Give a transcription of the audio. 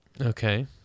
Okay